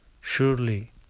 Surely